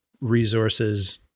resources